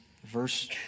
Verse